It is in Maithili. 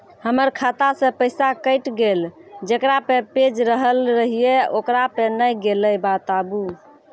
हमर खाता से पैसा कैट गेल जेकरा पे भेज रहल रहियै ओकरा पे नैय गेलै बताबू?